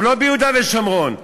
הוא לא ביהודה ושומרון,